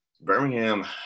Birmingham